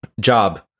Job